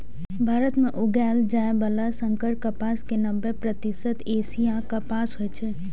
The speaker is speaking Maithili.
भारत मे उगाएल जाइ बला संकर कपास के नब्बे प्रतिशत एशियाई कपास होइ छै